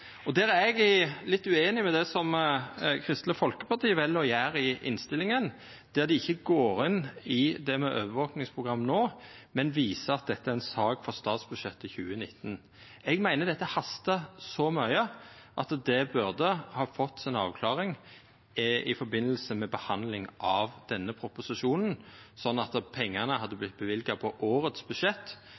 Der er eg litt ueinig i det som Kristeleg Folkeparti vel å gjera i innstillinga. Dei går ikkje inn i overvakingsprogram no, men viser at dette er ei sak for statsbudsjettet 2019. Eg meiner at dette hastar så mykje at det burde fått si avklaring i forbindelse med behandling av denne proposisjonen, slik at pengane hadde vorte løyvde på årets budsjett,